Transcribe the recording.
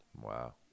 Wow